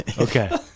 Okay